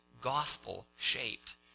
gospel-shaped